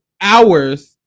hours